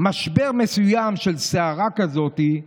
משבר מסוים של סערה כזאת,